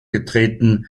getreten